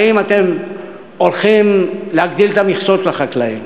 האם אתם הולכים להגדיל את המכסות לחקלאים?